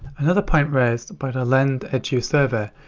another point raised by the lendedu survey,